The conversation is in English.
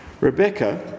Rebecca